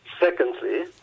Secondly